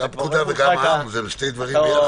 גם פקודה וגם עם שני דברים ביחד.